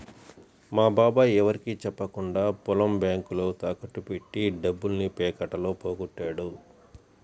మా బాబాయ్ ఎవరికీ చెప్పకుండా పొలం బ్యేంకులో తాకట్టు బెట్టి డబ్బుల్ని పేకాటలో పోగొట్టాడు